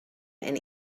and